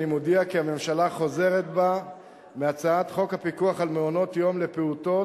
אני מודיע כי הממשלה חוזרת בה מהצעת חוק הפיקוח על מעונות-יום לפעוטות,